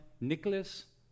Nicholas